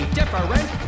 different